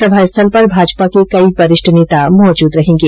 सभा स्थल पर भाजपा के कई वरिष्ठ नेता मौजूद रहेंगे